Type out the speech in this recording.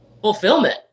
fulfillment